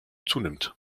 zunimmt